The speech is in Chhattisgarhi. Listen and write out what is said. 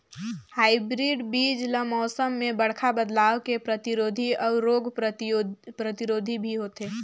हाइब्रिड बीज ल मौसम में बड़खा बदलाव के प्रतिरोधी अऊ रोग प्रतिरोधी भी होथे